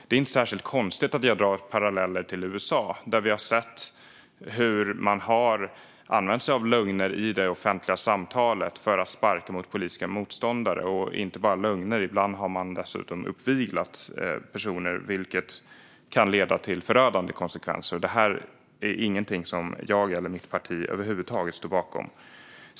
Det är inte särskilt konstigt att jag drar paralleller till USA, där vi har sett hur man har använt sig av lögner i det offentliga samtalet för att sparka mot politiska motståndare. Inte bara lögner - ibland har man dessutom uppviglat personer, vilket kan få förödande konsekvenser. Det här är inget som jag eller mitt parti över huvud taget står bakom.